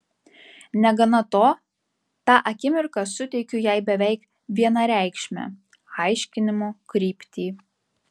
negana to tą akimirką suteikiu jai beveik vienareikšmę aiškinimo kryptį